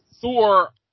Thor